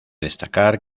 destacar